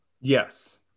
yes